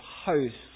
hosts